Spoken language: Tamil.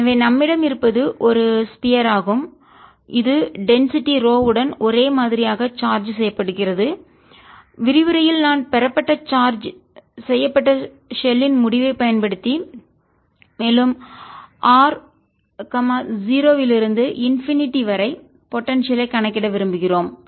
எனவே நம்மிடம் இருப்பது ஒரு ஸ்பியர் ஆகும் கோளமாகும் இது டென்சிட்டிஅடர்த்தி ரோவுடன் ஒரே மாதிரியாக சார்ஜ் செய்யப்படுகிறது விரிவுரையில் நான் பெறப்பட்ட சார்ஜ் செய்யப்பட்ட ஷெல்லின் முடிவைப் பயன்படுத்தி மேலும் r0 இலிருந்து இன்பினிட்டி வரை போடன்சியல் ஐ கணக்கிட விரும்புகிறோம்